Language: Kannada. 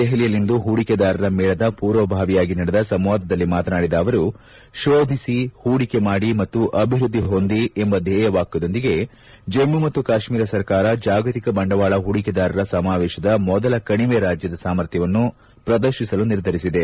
ದೆಹಲಿಯಲ್ಲಿಂದು ಹೂಡಿಕೆದಾರರ ಮೇಳದ ಪೂರ್ವಭಾವಿಯಾಗಿ ನಡೆದ ಸಂವಾದದಲ್ಲಿ ಮಾತನಾಡಿದ ಅವರು ಶೋಧಿಸಿ ಹೂಡಿಕೆ ಮಾಡಿ ಮತ್ತು ಅಭಿವೃದ್ಧಿ ಹೊಂದಿ ಎಂಬ ಧ್ವೇಯವಾಕ್ಯದೊಂದಿಗೆ ಜಮ್ಮ ಮತ್ತು ಕಾಶ್ಮೀರ ಸರ್ಕಾರ ಜಾಗತಿಕ ಬಂಡವಾಳ ಹೂಡಿಕೆದಾರರ ಸಮಾವೇಶದ ಮೂಲಕ ಕಣಿವೆ ರಾಜ್ಯದ ಸಾಮರ್ಥ್ಯವನ್ನು ಪ್ರದರ್ಶಿಸಲು ನಿರ್ಧರಿಸಿದೆ